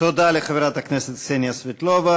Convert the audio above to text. תודה לחברת הכנסת קסניה סבטלובה.